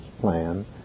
plan